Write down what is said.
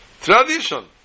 Tradition